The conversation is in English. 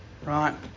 Right